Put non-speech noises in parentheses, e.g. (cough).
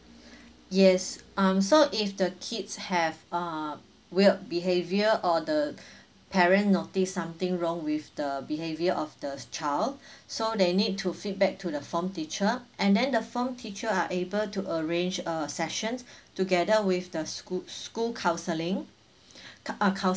(breath) yes um so if the kids have uh weird behavior or the (breath) parent notice something wrong with the behavior of the child (breath) so they need to feedback to the form teacher and then the form teacher are able to arrange err sessions (breath) together with the schoo~ school counselling (breath) c~ a